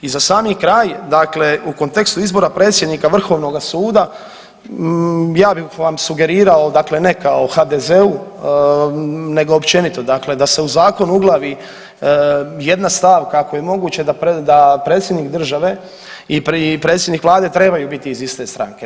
I za sami kraj, dakle u kontekstu izbora predsjednika Vrhovnoga suda ja bih vam sugerirao dakle ne kao HDZ-u, nego općenito dakle da se u zakon uglavi jedna stavka ako je moguće, da predsjednik države i predsjednik Vlade trebaju biti iz iste stranke.